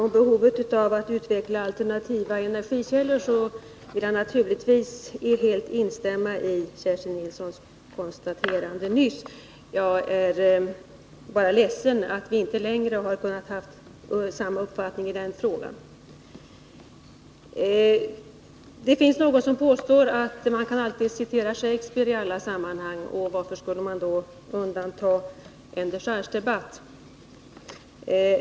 Herr talman! Jag vill helt instämma när det gäller behovet att utveckla alternativa energikällor, som Kerstin Nilsson nyss konstaterade. Jag är bara ledsen över att vi inte under längre tid haft samma uppfattning i den frågan. Någon har sagt att man kan citera Shakespeare i alla sammanhang — och varför skulle man då undanta en dechargedebatt?